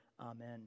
Amen